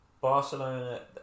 Barcelona